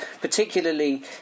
particularly